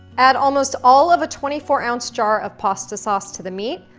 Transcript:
add almost all of a twenty four ounce jar of pasta sauce to the meat,